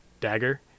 dagger